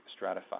stratify